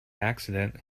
accident